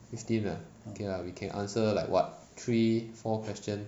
fifteen ah okay lah we can answer like what three four questions